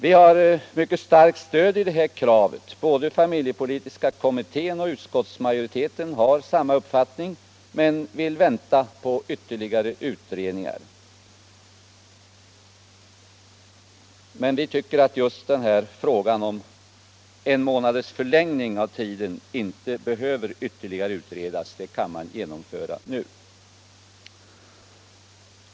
Vi har ett mycket starkt stöd för detta krav. Både familjepolitiska kommittén och utskottsmajoriteten har samma uppfattning men vill vänta på ytterligare utredningar. Vi tycker emellertid att just en månads förlängd ersättningstid inte behöver utredas ytterligare. Den kan genomföras nu.